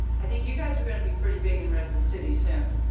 i think you guys are going to be pretty big in redwood city soon.